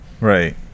right